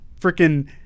freaking